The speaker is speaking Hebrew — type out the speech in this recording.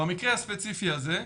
במקרה הספציפי הזה,